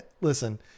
listen